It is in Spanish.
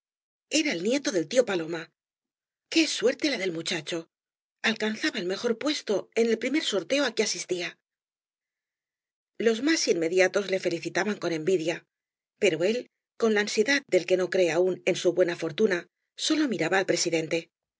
era el nieto del tío paloma qué suerte la del muchacho alcanzaba el mejor puesto en el primer sorteo á que asistía los más inmediatos le felicitaban con envidia pero él con la ansiedad del que no cree aún en su buena fortuna sólo miraba al presidente